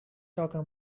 talking